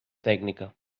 tècnica